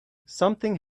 something